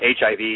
HIV